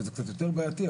וזה קצת יותר בעייתי,